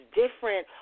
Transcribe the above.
different